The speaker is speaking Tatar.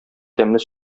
тәмле